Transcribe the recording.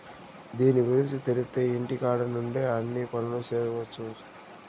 దీని గురుంచి తెలిత్తే ఇంటికాడ నుండే అన్ని పనులు చేసుకొవచ్చు